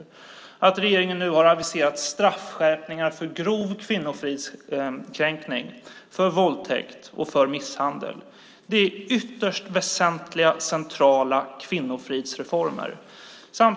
Dessutom har regeringen aviserat straffskärpningar för grov kvinnofridskränkning, våldtäkt och misshandel. Det är ytterst väsentliga och centrala kvinnofridsreformer.